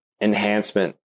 enhancement